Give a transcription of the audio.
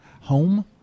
home